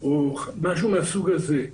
או משהו מהסוג הזה.